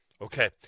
Okay